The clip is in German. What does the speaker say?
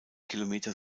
kilometer